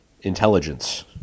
intelligence